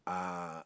uh